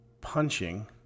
punching